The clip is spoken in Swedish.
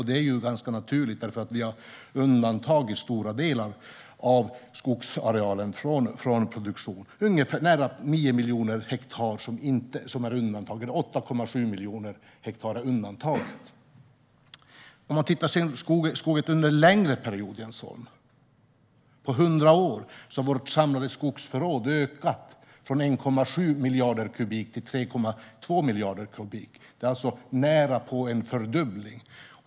Det är ganska naturligt, därför att vi har undantagit stora delar av skogsarealen från produktion. Nära 9 miljoner hektar skog, 8,7 miljoner hektar, är undantagen. Tittar man på hur skogen har utvecklats under en längre period, Jens Holm, ser man att vårt samlade skogsförråd på hundra år har ökat från 1,7 miljarder kubik till 3,2 miljarder kubik. Det är alltså närapå en fördubbling.